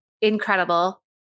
incredible